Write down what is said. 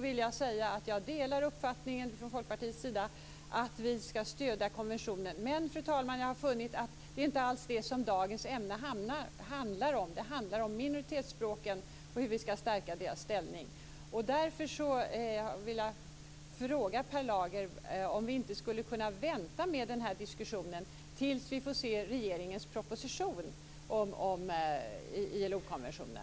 vill då säga att vi från Folkpartiets sida delar uppfattningen att vi ska stödja konventionen. Men, fru talman, det är inte alls det som dagens debatt handlar om. Den handlar om minoritetsspråken och hur vi ska stärka deras ställning. Därför vill jag fråga Per Lager om vi inte skulle kunna vänta med den här diskussionen tills vi får se regeringens proposition om ILO-konventionen.